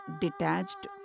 detached